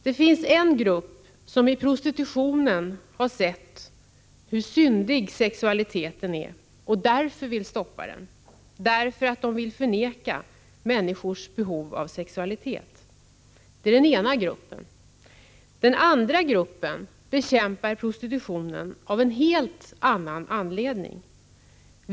Det finns en grupp somi prostitutionen har sett hur syndig sexualiteten är och därför velat stoppa prostitutionen, därför att man velat förneka människors behov av sexualitet. Det är den ena gruppen. Den andra gruppen bekämpar prostitutionen av en helt annan anledning.